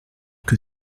que